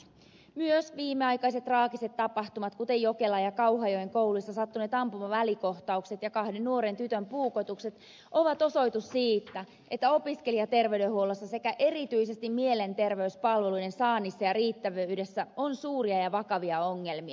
myös viimeaikaiset traagiset tapahtumat kuten jokelan ja kauhajoen kouluissa sattuneet ampumavälikohtaukset ja kahden nuoren tytön puukotukset ovat osoitus siitä että opiskelijaterveydenhuollossa sekä erityisesti mielenterveyspalveluiden saannissa ja riittävyydessä on suuria ja vakavia ongelmia